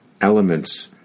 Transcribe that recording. elements